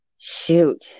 shoot